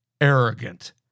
arrogant